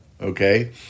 Okay